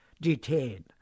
detain